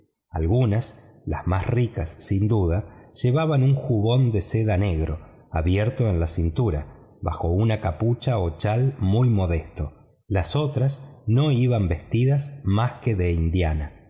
algunas las más ricas sin duda llevaban un jubón de seda negro abierto en la cintura bajo una capucha o chal muy modesto las otras no iban vestidas más que de indiana